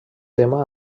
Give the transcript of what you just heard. tema